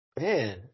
Man